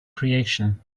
creation